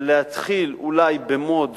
להתחיל אולי ב-mode